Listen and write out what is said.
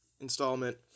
installment